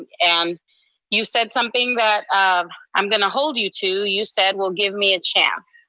yeah um you said something that um i'm going to hold you to, you said, well give me a chance.